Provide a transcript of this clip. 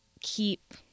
keep